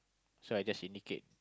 so I just indicate